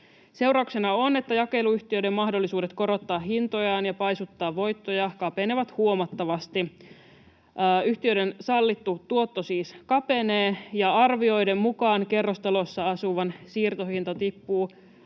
Seurauksena on, että jakeluyhtiöiden mahdollisuudet korottaa hintojaan ja paisuttaa voittoja kapenevat huomattavasti. Yhtiöiden sallittu tuotto siis kapenee, ja arvioiden mukaan kerrostalossa asuvan osalta siirtohinta tippuu